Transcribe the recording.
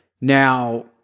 Now